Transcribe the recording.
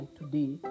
today